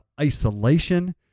isolation